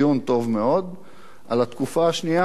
על התקופה השנייה, אני דורש להדיח אותך.